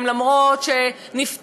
למה הם מצביעים ברגליים שלהם,